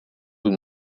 joue